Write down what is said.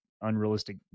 unrealistic